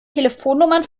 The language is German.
telefonnummern